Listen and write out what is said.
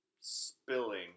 spilling